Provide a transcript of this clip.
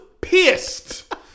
pissed